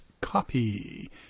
copy